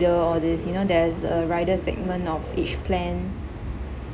rider all these you know there's a rider segment of each plan